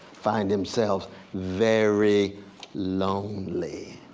find themselves very lonely.